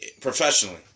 professionally